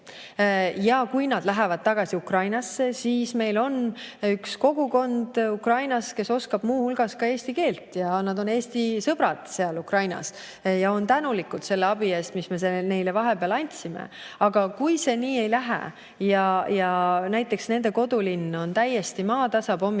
Kui nad lähevad tagasi Ukrainasse, siis meil on üks kogukond Ukrainas, kes oskab muu hulgas ka eesti keelt, nad on Eesti sõbrad seal Ukrainas ja on tänulikud selle abi eest, mis me neile vahepeal andsime. Aga kui see nii ei lähe, sest näiteks nende kodulinn on täiesti maatasa pommitatud,